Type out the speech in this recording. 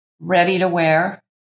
ready-to-wear